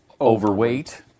Overweight